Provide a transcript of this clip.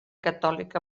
catòlica